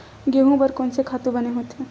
गेहूं बर कोन से खातु बने होथे?